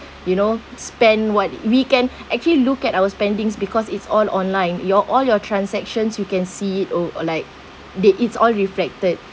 you know spend what we can actually look at our spendings because it's all online your all your transactions you can see it oh or like that it's all reflected